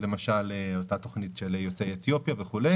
למשל אותה תוכנית של יוצאי אתיופיה וכו',